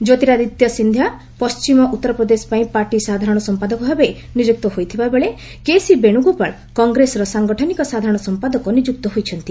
ଜ୍ୟୋତିରାଦିତ୍ୟ ସିନ୍ଧିଆ ପଣ୍ଢିମ ଉତ୍ତରପ୍ରଦେଶ ପାଇଁ ପାର୍ଟି ସାଧାରଣ ସମ୍ପାଦକଭାବେ ନିଯୁକ୍ତ ହୋଇଥିବାବେଳେ କେସି ବେଣୁଗୋପଳ କଂଗ୍ରେସର ସାଂଗଠନିକ ସାଧାରଣ ସମ୍ପାଦକ ନିଯୁକ୍ତ ହୋଇଛନ୍ତି